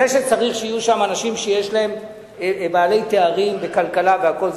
שצריך שיהיו שם אנשים בעלי תארים בכלכלה והכול,